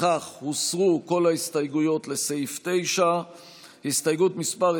לפיכך הוסרו כל ההסתייגויות לסעיף 9. הסתייגויות מס'